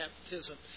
baptism